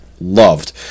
loved